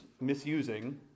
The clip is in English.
misusing